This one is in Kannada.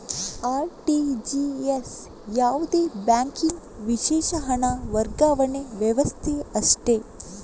ಆರ್.ಟಿ.ಜಿ.ಎಸ್ ಯಾವುದೇ ಬ್ಯಾಂಕಿಗೆ ವಿಶೇಷ ಹಣ ವರ್ಗಾವಣೆ ವ್ಯವಸ್ಥೆ ಅಷ್ಟೇ